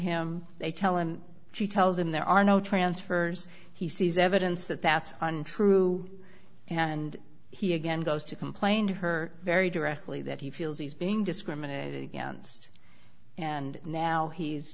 him they tell him she tells him there are no transfers he sees evidence that that's untrue and he again goes to complain to her very directly that he feels he's being discriminated against and now he's